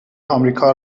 آمریکا